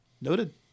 Noted